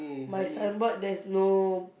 my signboard there's no